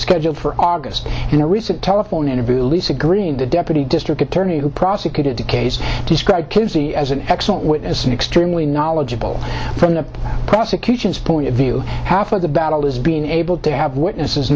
scheduled for august in a recent telephone interview elisa green the deputy district attorney who prosecuted the case described gives me as an excellent witness an extremely knowledgeable from the prosecution's point of view half of the battle is being able to have witnesses